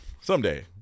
Someday